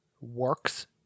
works